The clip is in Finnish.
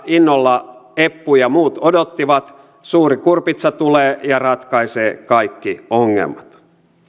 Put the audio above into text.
innolla eppu ja muut odottivat suuri kurpitsa tulee ja ratkaisee kaikki ongelmat